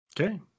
Okay